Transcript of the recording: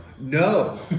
no